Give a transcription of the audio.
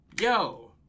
yo